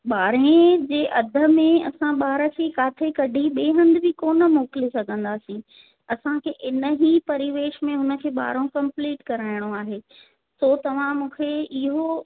ॿारहें जे अधि में ई असां ॿार खे काथे कढी ॿिए हंधि बि कोन मोकिले सघंदासीं असांखे हिन ई परिवेश में हुन खे ॿारहों कंपलीट कराइणो आहे सो तव्हां मूंखे इहो